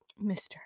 Mr